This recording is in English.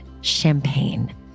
Champagne